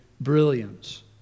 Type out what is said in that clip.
brilliance